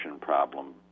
problem